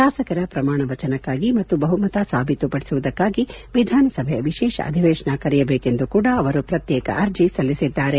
ಶಾಸಕರ ಪ್ರಮಾಣ ವಚನಕ್ಕಾಗಿ ಮತ್ತು ಬಹುಮತ ಸಾಬೀತು ಪಡಿಸುವುದಕ್ಕಾಗಿ ವಿಧಾನಸಭೆಯ ವಿಶೇಷ ಅಧಿವೇಶನ ಕರೆಯಬೇಕೆಂದು ಕೂಡಾ ಅವರು ಪ್ರತ್ನೇಕ ಅರ್ಜಿ ಸಲ್ಲಿಸಿದ್ದಾರೆ